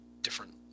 different